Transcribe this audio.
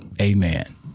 Amen